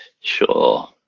Sure